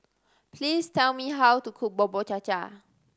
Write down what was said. please tell me how to cook Bubur Cha Cha